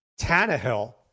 Tannehill